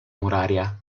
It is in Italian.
muraria